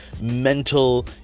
mental